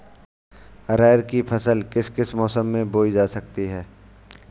अरहर की फसल किस किस मौसम में बोई जा सकती है?